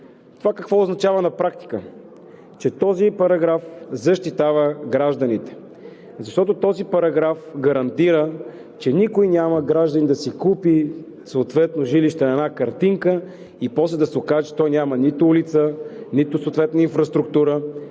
Това какво означава на практика – че този параграф защитава гражданите. Защото този параграф гарантира, че никой гражданин няма да си купи съответно жилище на една картинка и после да се окаже, че той няма нито улица, нито съответна инфраструктура.